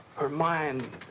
her mind.